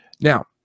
Now